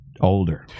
older